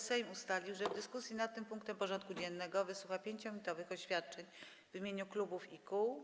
Sejm ustalił, że w dyskusji nad tym punktem porządku dziennego wysłucha 5-minutowych oświadczeń w imieniu klubów i kół.